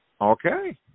Okay